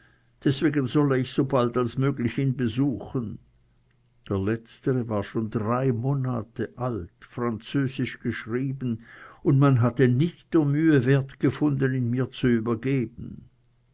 deswegen solle ich sobald als möglich ihn besuchen der letztere war schon drei monate alt französisch geschrieben und man hatte nicht der mühe wert gefunden ihn mir zu übergeben